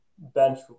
bench